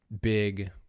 big